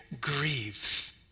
grieves